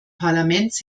parlaments